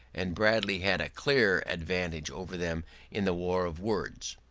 and bradley had a clear advantage over them in the war of words.